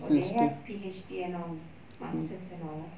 oh they have P_H_D and all masters and all ah